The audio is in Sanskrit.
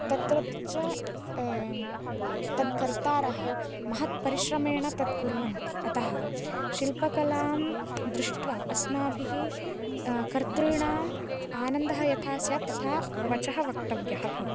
तत्र च तत्कर्तारः महत्परिश्रमेण तत् कुर्वन्ति अतः शिल्पकलां दृष्ट्वा अस्माभिः कर्तॄणाम् आनन्दः यथा स्यात् तथा वचः वक्तव्यः भवति